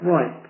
Right